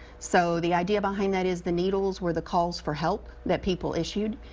so, the idea behind that is the needles were the calls for help that people issued,